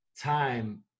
time